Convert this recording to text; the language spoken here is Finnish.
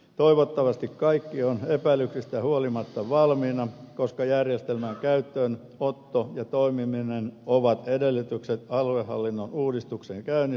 toivottavasti kaikki on epäilyksistä huolimatta valmiina koska järjestelmän käyttöönotto ja toimiminen ovat edellytyksenä aluehallinnon uudistuksen käynnistymiselle